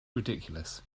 ridiculous